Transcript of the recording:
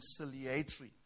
reconciliatory